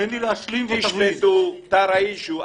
תשמטו, תרעישו.